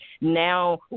now